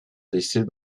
décès